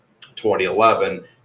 2011